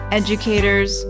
educators